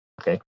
Okay